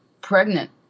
pregnant